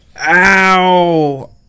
Ow